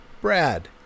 Brad